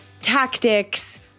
tactics